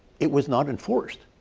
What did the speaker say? it was not enforced,